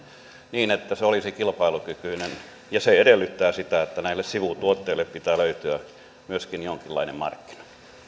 niin että se olisi kilpailukykyinen se edellyttää sitä että näille sivutuotteille pitää löytyä myöskin jonkinlainen markkina